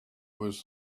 was